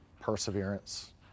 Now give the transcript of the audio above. Perseverance